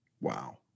Wow